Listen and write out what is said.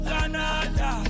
Canada